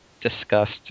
discussed